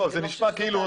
זה נשמע.